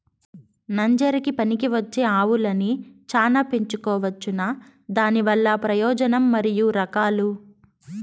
నంజరకి పనికివచ్చే ఆవులని చానా పెంచుకోవచ్చునా? దానివల్ల ప్రయోజనం మరియు రకాలు?